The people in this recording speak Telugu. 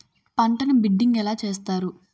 పంటను బిడ్డింగ్ ఎలా చేస్తారు?